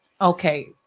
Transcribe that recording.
okay